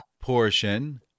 portion